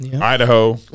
Idaho